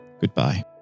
goodbye